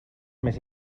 més